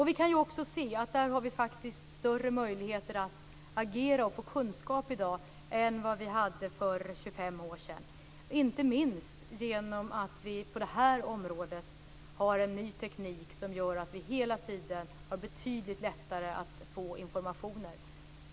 Vi kan också se att vi i dag har större möjligheter att agera och få kunskap än vad vi hade för 25 år sedan, inte minst genom att det på detta område finns en ny teknik som gör att vi hela tiden har betydligt lättare att få information.